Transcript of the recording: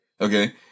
okay